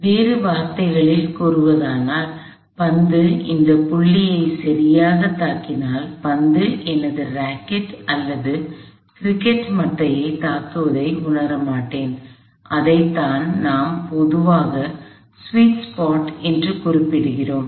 எனவே வேறு வார்த்தைகளில் கூறுவதானால் பந்து இந்த புள்ளியை சரியாகத் தாக்கினால் பந்து எனது ராக்கெட் அல்லது கிரிக்கெட் மட்டையைத் தாக்குவதை நான் உணரமாட்டேன் அதைத்தான் நாம் பொதுவாக ஸ்வீட் ஸ்பாட் என்று குறிப்பிடுகிறோம்